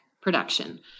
production